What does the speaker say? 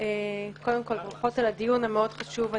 קודם כול, ברכות על הדיון המאוד חשוב.